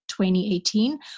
2018